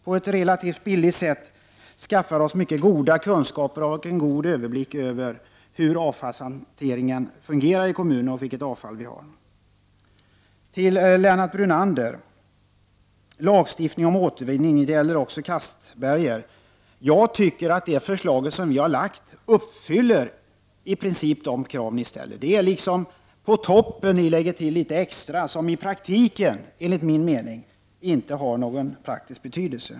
På ett relativt billigt sätt skaffar vi oss goda kunskaper och en god överblick över hur avfallshanteringen fungerar i en kommun och vilket avfall som förekommer. Till Lennart Brunander vill jag säga följande. Beträffande lagstiftning om återvinning — det här gäller också Anders Castberger — tycker jag att det förslag som vi har lagt fram i princip uppfyller de krav som ni ställer. På toppen lägger ni till litet extra, men i praktiken har detta, enligt min mening, inte någon praktisk betydelse.